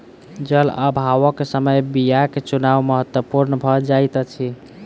जल अभावक समय बीयाक चुनाव महत्पूर्ण भ जाइत अछि